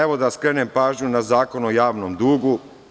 Evo, da skrenem pažnju na Zakon o javnom dugu.